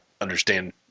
understand